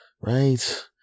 Right